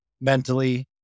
mentally